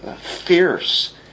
fierce